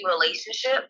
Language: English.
relationship